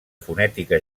fonètica